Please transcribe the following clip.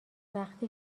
وقتی